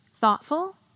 thoughtful